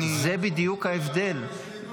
זה בדיוק ההבדל.